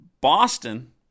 Boston